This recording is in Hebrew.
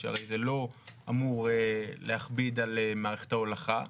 שהרי זה לא אמור להכביד על מערכת ההולכה.